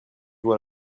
vois